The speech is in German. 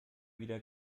wieder